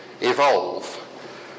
evolve